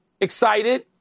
Excited